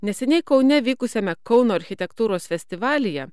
neseniai kaune vykusiame kauno architektūros festivalyje